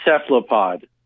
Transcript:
cephalopod